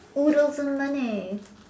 oh there was a money